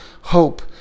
hope